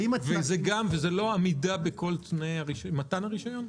זה לא עמידה בכל תנאי מתן הרישיון?